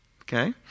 okay